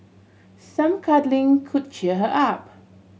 some cuddling could cheer her up